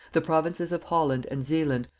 the provinces of holland and zealand,